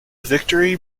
victory